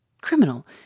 Criminal